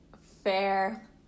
Fair